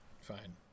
fine